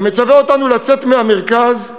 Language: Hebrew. המצווה אותנו לצאת מהמרכז,